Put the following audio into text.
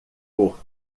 por